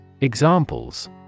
Examples